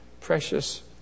precious